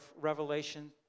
Revelation